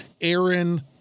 Aaron